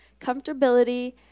comfortability